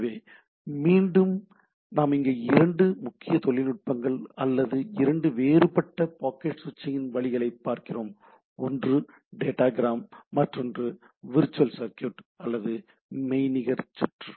எனவே மீண்டும் நாம் இங்கே இரண்டு முக்கிய நுட்பங்கள் அல்லது இரண்டு வேறுபட்ட பாக்கெட் சுவிட்சின் வழிகளைப் பார்க்கிறோம் ஒன்று டேட்டாகிராம் மற்றொன்று விர்ச்சுவல் சர்க்யூட் அல்லது மெய்நிகர் சுற்று